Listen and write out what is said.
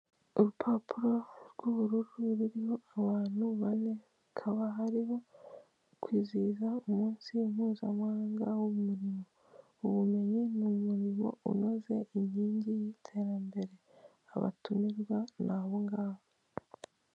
Urupapuro rw'ubururu ruriho abantu bane bakaba barimo kwizihiza umunsi mpuzamahanga w'umurimo. Ubumenyi ni umurimo unoze, inkingi y'iterambere. Abatumirwa ni abo ngabo.